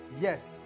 Yes